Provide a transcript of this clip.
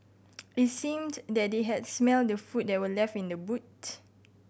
it seemed that they had smelt the food that were left in the boot